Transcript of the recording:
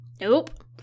Nope